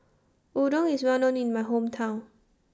Udon IS Well known in My Hometown